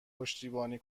پشتیبانی